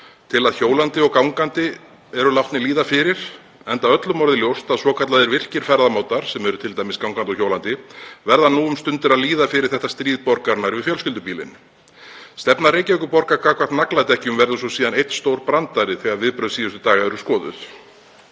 miklu að hjólandi og gangandi séu látnir líða fyrir, enda öllum orðið ljóst að svokallaðir virkir ferðamátar, sem eru t.d. gangandi og hjólandi, verða nú um stundir að líða fyrir þetta stríð borgarinnar við fjölskyldubílinn? Stefna Reykjavíkurborgar gagnvart nagladekkjum verður síðan einn stór brandari þegar viðbrögð síðustu daga eru skoðuð.